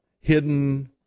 hidden